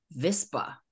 VISPA